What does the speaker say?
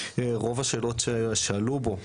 רוב השאלות ששאלו בו,